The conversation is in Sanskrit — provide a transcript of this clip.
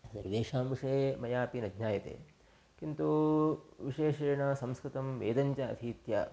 सर्वेषां विषये मया अपि न ज्ञायते किन्तु विशेषेण संस्कृतं वेदञ्च अधीत्य